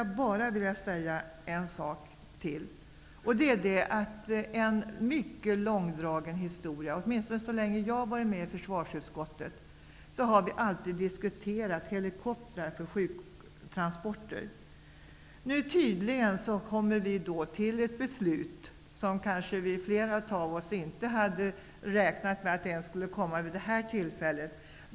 En mycket långdragen historia -- åtminstone har den frågan diskuterats så länge jag suttit med i försvarsutskottet -- är diskussionen om helikoptrar för sjuktransporter. Tydligen kommer vi fram till ett beslut som flera av oss nog inte hade räknat med skulle bli aktuellt ens vid det här tillfället.